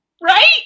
Right